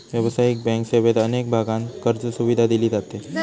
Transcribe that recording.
व्यावसायिक बँक सेवेत अनेक भागांत कर्जसुविधा दिली जाते